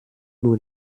nur